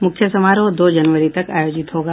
मुख्य समारोह दो जनवरी तक आयोजित होगा